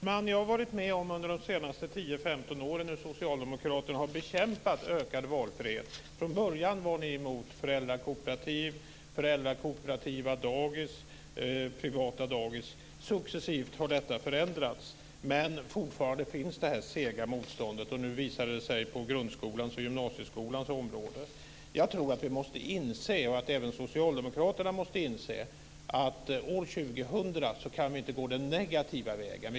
Herr talman! Jag har under de senaste 10-15 åren varit med om hur socialdemokrater har bekämpat ökad valfrihet. Från början var ni emot föräldrakooperativ, föräldrakooperativa dagis och privata dagis. Successivt har detta förändrats, men fortfarande finns det här sega motståndet. Och nu visar det sig på grundskolans och på gymnasieskolans område. Jag tror att vi måste inse, och att även socialdemokraterna måste inse, att år 2001 kan vi inte gå den negativa vägen.